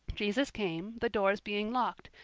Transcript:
jesus came, the doors being locked,